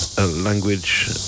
language